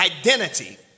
identity